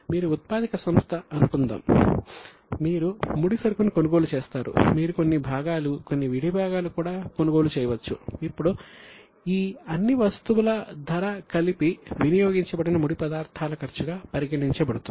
మీరు ఉత్పాదక సంస్థ అని అనుకుందాం మీరు ముడిసరుకును కొనుగోలు చేస్తారు మీరు కొన్ని భాగాలు కొన్ని విడి భాగాలు కూడా కొనుగోలు చేయవచ్చు ఇప్పుడు ఈ అన్ని వస్తువుల ధర కలిపి వినియోగించబడిన ముడి పదార్థాల ఖర్చు గా పరిగణించబడుతుంది